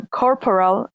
corporal